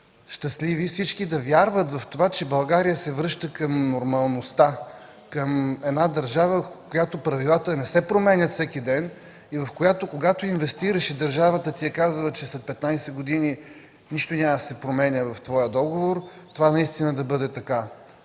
щастливи и всички да вярват в това, че България се връща към нормалността, към една държава, в която правилата не се променят всеки ден и в която, когато инвестираш и държавата ти казва, че след 15 години нищо няма да се променя в твоя договор, това наистина да бъде така.